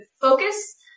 focus